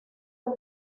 muy